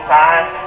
time